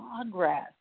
progress